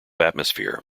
atmosphere